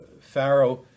Pharaoh